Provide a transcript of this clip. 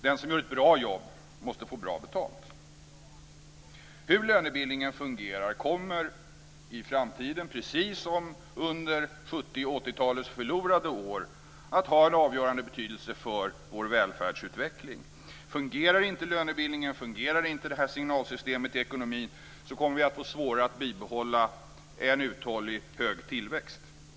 Den som gör ett bra jobb måste få bra betalt. Hur lönebildningen fungerar kommer i framtiden, precis som under 70 och 80-talets förlorade år, att ha en avgörande betydelse för vår välfärdsutveckling. Fungerar inte lönebildningen och signalsystemet i ekonomin kommer vi att få svårare att bibehålla en uthållig hög tillväxt.